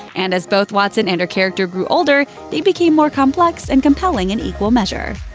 and as both watson and her character grew older, they became more complex and compelling in equal measure.